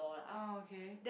oh okay